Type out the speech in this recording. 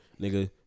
nigga